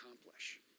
accomplish